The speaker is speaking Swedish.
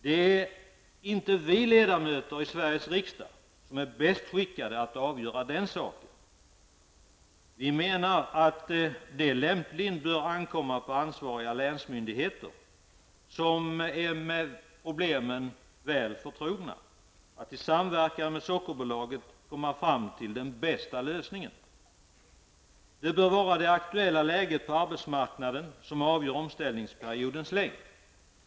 Det är inte vi ledamöter i Sveriges riksdag som är bäst skickade att avgöra den saken. Vi menar att det lämpligen bör ankomma på ansvariga länsmyndigheter, som är med problemen väl förtrogna, att i samverkan med Sockerbolaget komma fram till den bästa lösningen. Det bör vara det aktuella läget på arbetsmarknaden som avgör omställningsperiodens längd.